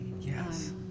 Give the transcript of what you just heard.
Yes